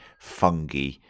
fungi